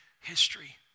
history